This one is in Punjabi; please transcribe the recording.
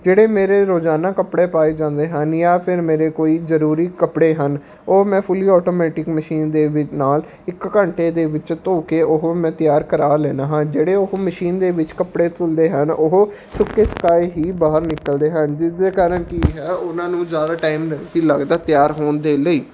ਜਿਹੜੇ ਮੇਰੇ ਰੋਜ਼ਾਨਾ ਕੱਪੜੇ ਪਾਏ ਜਾਂਦੇ ਹਨ ਜਾਂ ਫਿਰ ਮੇਰੇ ਕੋਈ ਜ਼ਰੂਰੀ ਕੱਪੜੇ ਹਨ ਉਹ ਮੈਂ ਫੁੱਲੀ ਆਟੋਮੈਟਿਕ ਮਸ਼ੀਨ ਦੇ ਵਿੱ ਨਾਲ ਇੱਕ ਘੰਟੇ ਦੇ ਵਿੱਚ ਧੋ ਕੇ ਉਹ ਮੈਂ ਤਿਆਰ ਕਰਾ ਲੈਂਦਾ ਹਾਂ ਜਿਹੜੇ ਉਹ ਮਸ਼ੀਨ ਦੇ ਵਿੱਚ ਕੱਪੜੇ ਧੁੱਲਦੇ ਹਨ ਉਹ ਸੁੱਕੇ ਸੁਕਾਏ ਹੀ ਬਾਹਰ ਨਿਕਲਦੇ ਹਨ ਜਿਸਦੇ ਕਾਰਨ ਕੀ ਹੈ ਉਹਨਾਂ ਨੂੰ ਜ਼ਿਆਦਾ ਟਾਈਮ ਨਹੀਂ ਲੱਗਦਾ ਤਿਆਰ ਹੋਣ ਦੇ ਲਈ